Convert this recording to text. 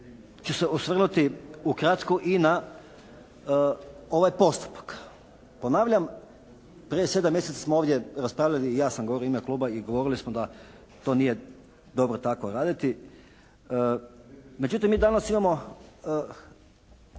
ću se osvrnuti ukratko i na ovaj postupak. Ponavljam prije sedam mjeseci smo ovdje raspravljali i ja sam govorio u ime kluba i govorili smo da to nije dobro tako raditi, međutim mi danas imamo